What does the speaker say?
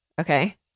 Okay